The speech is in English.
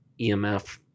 EMF